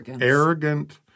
arrogant